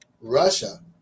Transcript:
Russia